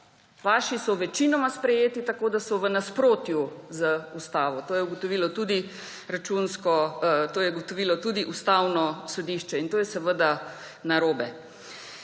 Vaši so večinoma sprejeti tako, da so v nasprotju z ustavo. To je ugotovilo tudi Ustavno sodišče. In to je seveda narobe.